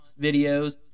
videos